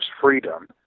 freedom